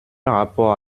rapport